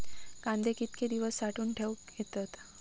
कांदे कितके दिवस साठऊन ठेवक येतत?